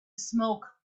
smoke